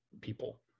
people